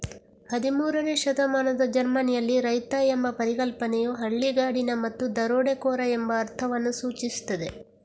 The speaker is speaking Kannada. ಹದಿಮೂರನೇ ಶತಮಾನದ ಜರ್ಮನಿಯಲ್ಲಿ, ರೈತ ಎಂಬ ಪರಿಕಲ್ಪನೆಯು ಹಳ್ಳಿಗಾಡಿನ ಮತ್ತು ದರೋಡೆಕೋರ ಎಂಬ ಅರ್ಥವನ್ನು ಸೂಚಿಸುತ್ತದೆ